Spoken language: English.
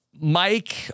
Mike